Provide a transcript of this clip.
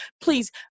please